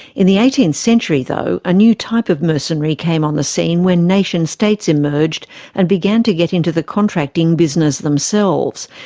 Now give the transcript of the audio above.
in the eighteenth century though, a new type of mercenary came on the scene when nation states emerged and began to get into the contracting business themselves.